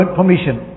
permission